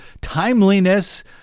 timeliness